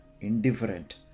indifferent